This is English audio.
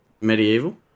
Medieval